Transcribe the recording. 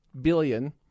billion